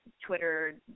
Twitter